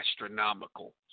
astronomical